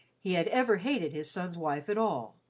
he had ever hated his son's wife at all.